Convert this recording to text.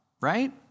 right